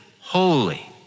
holy